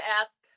ask